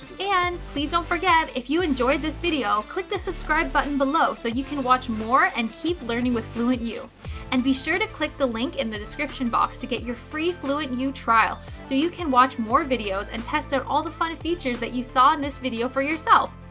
and, please don't forget, if you enjoyed this video click the subscribe button below so you can watch more and keep learning with fluentu. and be sure to click the link in the description box to get your free fluentu trial, so you can watch more videos and test out all the fun features that you saw in this video for yourself.